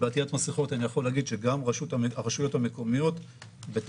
בעטית מסיכות אני יכול להגיד שגם הרשויות המקומיות נכנסות אתנו